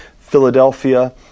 Philadelphia